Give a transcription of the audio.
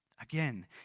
Again